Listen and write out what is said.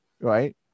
Right